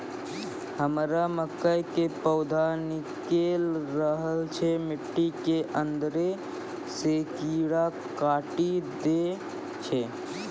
हमरा मकई के पौधा निकैल रहल छै मिट्टी के अंदरे से कीड़ा काटी दै छै?